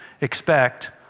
expect